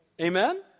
amen